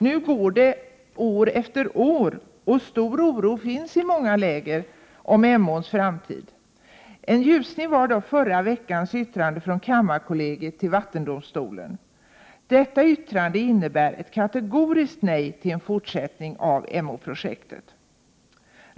Nu går år efter år, och oron är stor i många läger om Emåns framtid. En ljusning var dock förra veckans yttrande från kammarkollegiet till vattendomstolen. Detta yttrande innebär ett kategoriskt nej till en fortsättning av Emåprojektet.